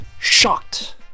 shocked